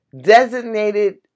designated